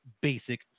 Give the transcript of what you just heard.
basic